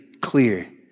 clear